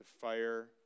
fire